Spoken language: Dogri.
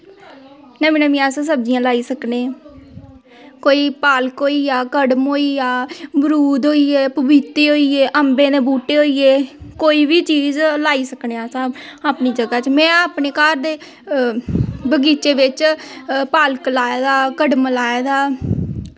नमीं नमियां अस सब्जियां लाई सकने कोई पालक होईया कड़म होईया मरूद होईये पपीते होइये अम्बें दे बूह्टे होइये कोई बी चीज़ लाई सकने अस अपनीजगह च में अपने घर ते बगीचे बिच्च पालक लाए दा कड़म लाए दा